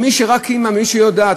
מה שרק אימא יודעת,